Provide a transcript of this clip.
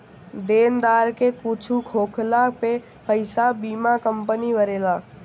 देनदार के कुछु होखला पे पईसा बीमा कंपनी भरेला